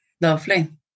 Lovely